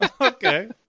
okay